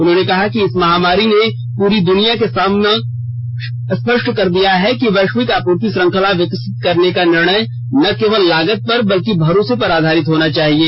उन्होंने कहा कि इस महामारी ने पूरी दुनिया के समक्ष स्पष्ट कर दिया है कि वैश्विक आपूर्ति श्रृंखला विकसित करने का निर्णय न केवल लागत पर बल्कि भरोसे पर आधारित होना चाहिये